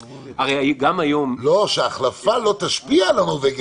הפוך, שההחלפה לא תשפיע על הנורבגי.